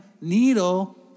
needle